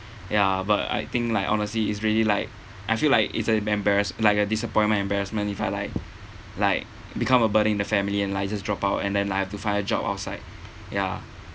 ya but I think like honestly is really like I feel like it's an embarrassed like a disappointment embarrassment if I like like become a burden in the family and I just drop out and then I have to find a job outside ya